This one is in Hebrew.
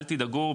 אל תדאגו,